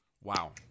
Wow